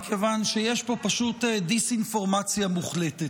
מכיוון שיש פה פשוט דיסאינפורמציה מוחלטת.